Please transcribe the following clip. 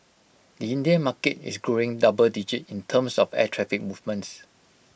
the Indian market is growing double digit in terms of air traffic movements